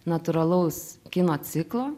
natūralaus kino ciklo